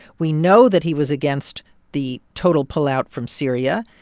we know that he was against the total pullout from syria.